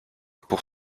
pour